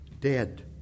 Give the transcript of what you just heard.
dead